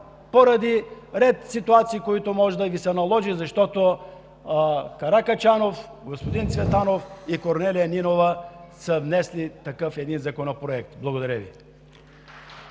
поради ред ситуации, които може да Ви се случат, защото Каракачанов, господин Цветанов и Корнелия Нинова са внесли такъв Законопроект. Благодаря Ви.